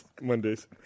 Mondays